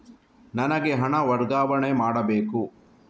ನನಗೆ ಹಣ ವರ್ಗಾವಣೆ ಮಾಡಬೇಕು